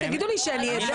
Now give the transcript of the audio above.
תגידו לי כדי שאני אדע.